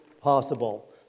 possible